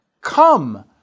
come